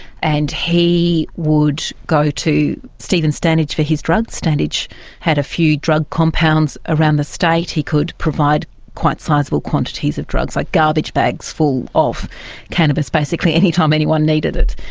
and he would go to stephen standage for his drugs. standage had a few drug compounds around the state. he could provide quite sizeable quantities of drugs, like garbage bags full of cannabis basically, any time anyone needed it.